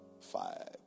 Five